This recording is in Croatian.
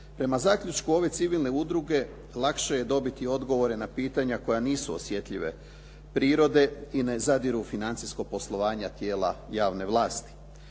Prema zaključku ove civilne udruge lakše je dobiti odgovore na pitanja koja nisu osjetljive prirode i ne zadiru u financijsko poslovanje tijela javne vlasti.